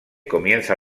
comienza